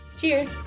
Cheers